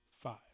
five